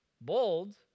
bold